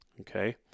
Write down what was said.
okay